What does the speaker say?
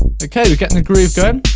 ah okay we got and a groove going.